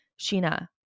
Sheena